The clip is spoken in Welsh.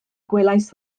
gwelais